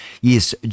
Yes